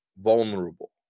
Vulnerable